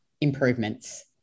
improvements